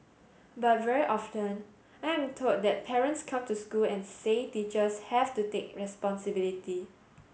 but very often I am told that parents come to school and say teachers have to take responsibility